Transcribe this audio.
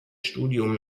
studium